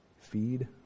feed